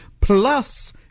plus